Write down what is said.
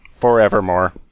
forevermore